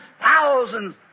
thousands